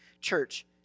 Church